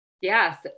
Yes